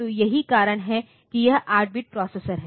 तो यही कारण है कि यह 8 बिट प्रोसेसर है